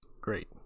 Great